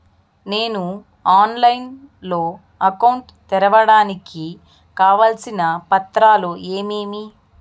నేను ఆన్లైన్ లో అకౌంట్ తెరవడానికి కావాల్సిన పత్రాలు ఏమేమి?